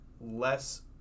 less